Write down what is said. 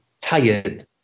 tired